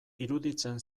iruditzen